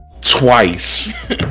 twice